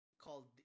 called